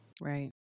Right